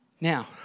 Now